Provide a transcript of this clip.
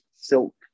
Silk